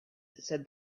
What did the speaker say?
said